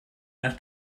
nach